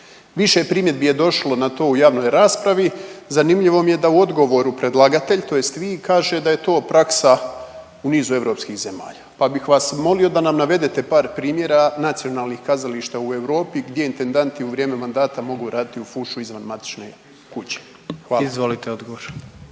Više primjedbi je došlo na to u javnoj raspravi, zanimljivo mi je da u odgovoru predlagatelj tj. vi kaže da je to praksa u nizu europskih zemalja, pa bih vas molio da nam navedete par primjera nacionalnih kazališta u Europi gdje intendanti u vrijeme mandata mogu raditi u fušu izvan matične kuće. Hvala. **Jandroković,